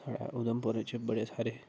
साढ़ै उधमपुर बिच्च बड़े सारे